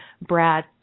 Brad